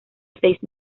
seis